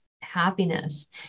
happiness